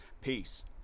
Peace